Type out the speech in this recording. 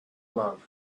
love